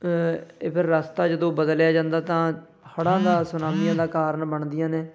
ਇਹ ਫਿਰ ਰਸਤਾ ਜਦੋਂ ਬਦਲਿਆ ਜਾਂਦਾ ਤਾਂ ਹੜ੍ਹਾਂ ਦਾ ਸੁਨਾਮੀਆਂ ਦਾ ਕਾਰਨ ਬਣਦੀਆਂ ਨੇ